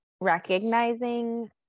recognizing